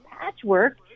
patchwork